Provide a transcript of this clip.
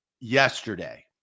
yesterday